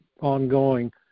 ongoing